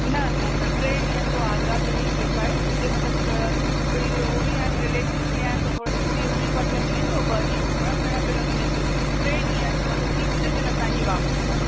न न न टे ॾींहंनि जो आगरा जो ही ट्रिप आहे उते मतलबु केर उहो बि आहिनि रिलेटिव्स बि आहिनि त थोरो हिकु ॾींहुं उन्हनि वटि लॻी वेंदो ॿ ॾींहं घुमण फिरण जो लॻी वेंदो टे ॾींहं आहिनि मतलबु तीसरे दिन असांजी वापसी आहे